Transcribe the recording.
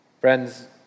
Friends